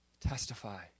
Testify